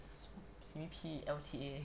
simi P_L_T_A